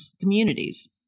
communities